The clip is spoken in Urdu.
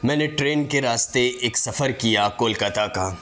میں نے ٹرین کے راستے ایک سفر کیا کولکاتہ کا